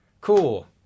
Cool